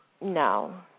No